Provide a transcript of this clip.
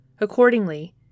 Accordingly